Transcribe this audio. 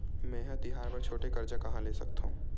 मेंहा तिहार बर छोटे कर्जा कहाँ ले सकथव?